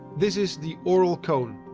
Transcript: this is the oral cone.